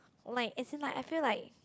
like as in like I feel like